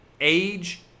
age